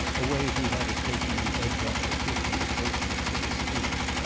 a way he had of taking the edge off the frequent impertinence of his speech.